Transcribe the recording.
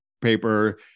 paper